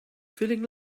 feeling